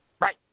right